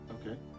Okay